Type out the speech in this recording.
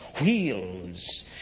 wheels